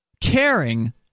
caring